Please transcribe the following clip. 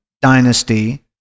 dynasty